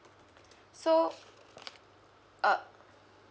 so err